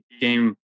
game